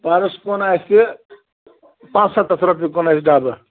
پَرُس کُن اَسہِ پانٛژسَتتھ رۄپیہِ کُن اَسہِ ڈبہٕ